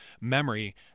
memory